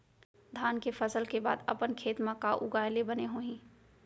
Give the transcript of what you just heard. धान के फसल के बाद अपन खेत मा का उगाए ले बने होही?